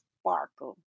sparkle